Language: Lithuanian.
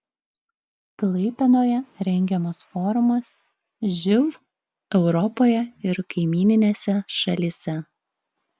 klaipėdoje rengiamas forumas živ europoje ir kaimyninėse šalyse